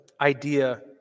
idea